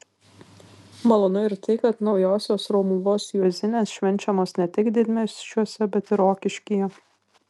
malonu ir tai kad naujosios romuvos juozinės švenčiamos ne tik didmiesčiuose bet ir rokiškyje